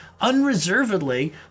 unreservedly